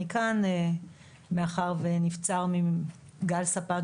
אני כאן מאחר ונבצר מגל סבן,